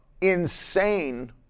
insane